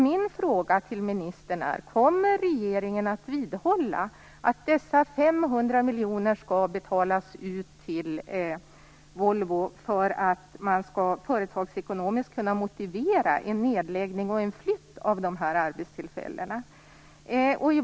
Min fråga till ministern är: Kommer regeringen att vidhålla att dessa 500 miljoner skall betalas ut till Volvo för att man företagsekonomiskt skall kunna motivera en nedläggning och en flytt av dessa arbetstillfällen?